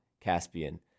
Caspian